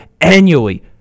annually